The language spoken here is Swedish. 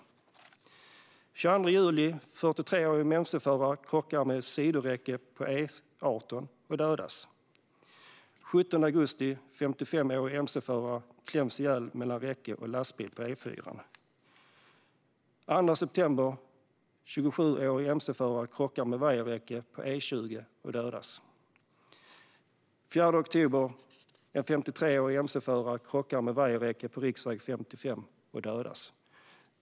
Den 22 juli krockar en 43-årig mc-förare krockar med ett sidoräcke på E18 och dödas. Den 17 augusti kläms en 55-årig mc-förare ihjäl mellan räcke och lastbil på E4:an. Den 2 september krockar en 27-årig mc-förare med vajerräcke på E20 och dödas. Den 4 oktober krockar en 53-årig mc-förare med vajerräcke på riksväg 55 och dödas.